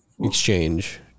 exchange